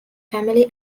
family